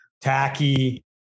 tacky